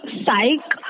psych